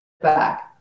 back